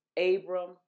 Abram